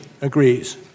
agrees